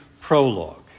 prologue